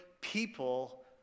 people